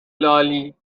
لالی